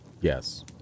Yes